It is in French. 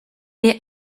est